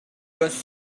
was